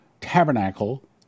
tabernacle